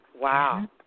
Wow